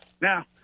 Now